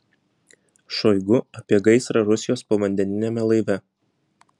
šoigu apie gaisrą rusijos povandeniniame laive